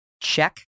check